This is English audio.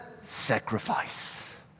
sacrifice